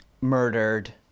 murdered